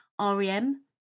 REM